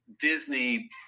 Disney